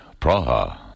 Praha